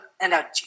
energy